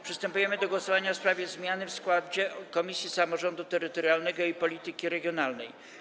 Przystępujemy do głosowania w sprawie zmiany w składzie Komisji Samorządu Terytorialnego i Polityki Regionalnej.